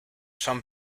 son